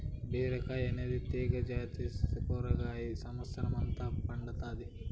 బీరకాయ అనే తీగ జాతి కూరగాయ సమత్సరం అంత పండుతాది